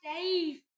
Dave